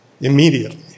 immediately